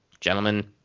Gentlemen